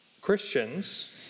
Christians